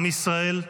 עם ישראל,